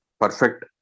Perfect